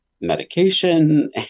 medication